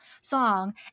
song